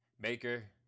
Baker